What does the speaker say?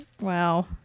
Wow